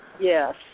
Yes